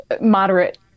moderate